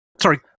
Sorry